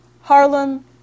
Harlem